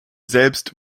selbst